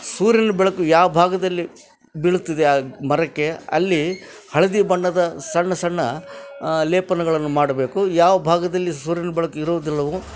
ಸೂರ್ಯನ ಬೆಳಕು ಯಾವ ಭಾಗದಲ್ಲಿ ಬೀಳುತ್ತಿದೆ ಆ ಮರಕ್ಕೆ ಅಲ್ಲಿ ಹಳದಿ ಬಣ್ಣದ ಸಣ್ಣ ಸಣ್ಣ ಲೇಪನಗಳನ್ನು ಮಾಡಬೇಕು ಯಾವ ಭಾಗದಲ್ಲಿ ಸೂರ್ಯನ ಬೆಳಕು ಇರೋದಿಲ್ಲವೋ